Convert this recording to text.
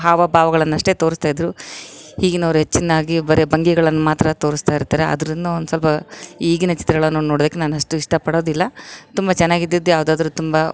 ಹಾವ ಭಾವಗಳನ್ನ ಅಷ್ಟೇ ತೋರಿಸ್ತಾಯಿದ್ರು ಈಗಿನವರು ಹೆಚ್ಚಿನ್ನಾಗಿ ಬರಿ ಭಂಗಿಗಳ್ನ ಮಾತ್ರ ತೋರಿಸ್ತ ಇರ್ತಾರೆ ಆದ್ರೂ ಒಂದು ಸ್ವಲ್ಪ ಈಗಿನ ಚಿತ್ರಗಳನ್ನ ನೋಡೋದಕ್ಕೆ ನಾನು ಅಷ್ಟು ಇಷ್ಟ ಪಡೋದಿಲ್ಲ ತುಂಬ ಚೆನ್ನಾಗಿದಿದ್ದು ಯಾವುದಾದರೂ ತುಂಬ